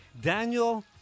Daniel